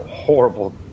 horrible